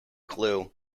glue